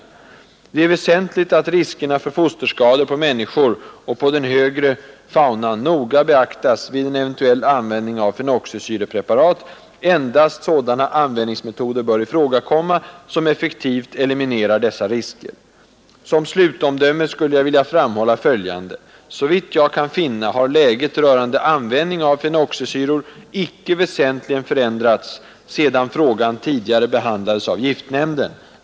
Det är väsentligt att riskerna för fosterskador på människor och på den högre faunan noga beaktas vid en eventuell användning av fenoxisyrepreparat. Endast sådana användningsmetoder bör ifrågakomma, som effektivt eliminerar dessa risker. Som slutomdöme skulle jag vilja framhålla följande. Såvitt jag kan finna har läget rörande användningen av fenoxisyror icke väsentligen förändrats sedan frågan tidigare behandlades av Giftnämnden.